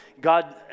God